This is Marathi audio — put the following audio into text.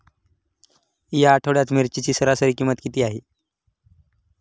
या आठवड्यात मिरचीची सरासरी किंमत किती आहे?